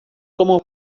como